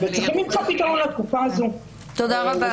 וצריך למצוא פתרון לתקופה הזאת לדעתי.